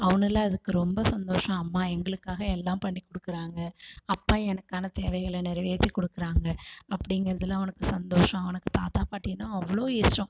அவனுல்லாம் அதுக்கு ரொம்ப சந்தோஷோம் அம்மா எங்களுக்காக எல்லாம் பண்ணிக் கொடுக்கறாங்க அப்பா எனக்கான தேவைகளை நிறைவேற்றிக் கொடுக்கறாங்க அப்படிங்கிறதுல அவனுக்குச் சந்தோஷோம் அவுனுக்கு தாத்தா பாட்டினா அவ்வளோ இஷ்டம்